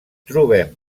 trobem